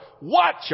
watch